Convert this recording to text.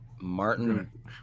Martin